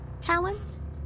talents